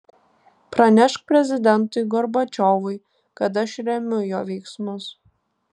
pranešk prezidentui gorbačiovui kad aš remiu jo veiksmus